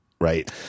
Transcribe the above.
Right